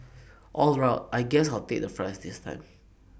all right I guess I'll take the fries this time